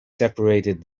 separated